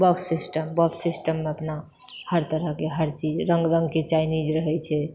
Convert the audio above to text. बफ system buffet सिस्टममे अपना हरतरहकेँ हरचीज रङ्ग रङ्गके चाइनीज रहैछै